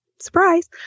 surprise